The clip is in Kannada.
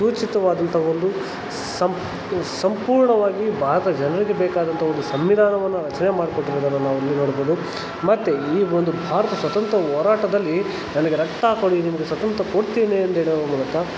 ಸೂಚಿತವಾದಂಥ ಒಂದು ಸಂಪೂರ್ಣವಾಗಿ ಭಾರತ ಜನರಿಗೆ ಬೇಕಾದಂಥ ಒಂದು ಸಂವಿಧಾನವನ್ನು ರಚನೆ ಮಾಡ್ಕೊಟ್ಟಿರೋದನ್ನು ನಾವಿಲ್ಲಿ ನೋಡ್ಬೋದು ಮತ್ತು ಈ ಒಂದು ಭಾರತ ಸ್ವತಂತ್ರ ಹೋರಾಟದಲ್ಲಿ ನನಗೆ ರಕ್ತ ಕೊಡಿ ನಿಮಗೆ ಸ್ವತಂತ್ರ ಕೊಡ್ತೀನಿ ಅಂದೇಳುವ ಮೂಲಕ